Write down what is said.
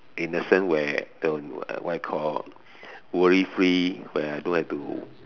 innocent where don't what you call worry free where don't have to